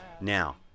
now